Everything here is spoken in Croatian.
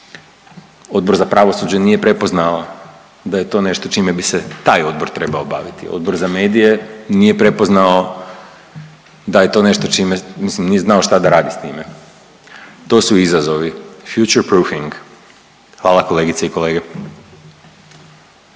Odbor za pravosuđe nije prepoznao da je to nešto čime bi se taj odbor trebao baviti. Odbor za medije nije prepoznao da je to nešto čime, mislim nije znao šta da radi s time. To su izazovi, future proofing. Hvala kolegice i kolege.